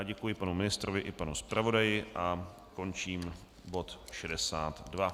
Děkuji panu ministrovi i panu zpravodaji a končím bod 62.